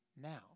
now